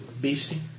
Beastie